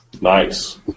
Nice